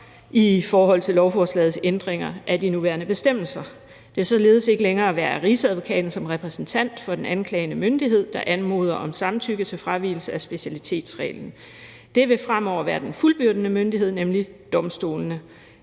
i forhold til lovforslagets ændringer af de nuværende bestemmelser. Det vil således ikke længere være Rigsadvokaten som repræsentant for den anklagende myndighed, der anmoder om samtykke til fravigelse af specialitetsreglen. Det vil fremover være den fuldbyrdende myndighed, nemlig domstolene.